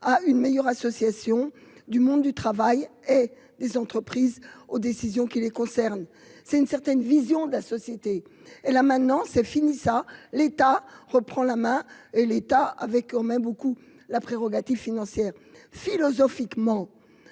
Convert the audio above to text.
à une meilleure association du monde du travail et des entreprises aux décisions qui les concernent, c'est une certaine vision de la société et là maintenant c'est fini ça, l'État reprend la main et l'État avait quand même beaucoup la prérogative financière philosophiquement